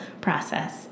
process